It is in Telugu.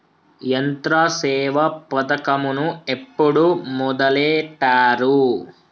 యంత్రసేవ పథకమును ఎప్పుడు మొదలెట్టారు?